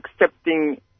accepting